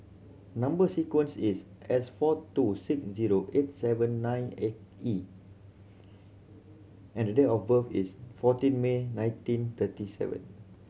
number sequence is S four two six zero eight seven nine E and the date of birth is fourteen May nineteen thirty seven